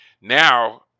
now